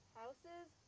houses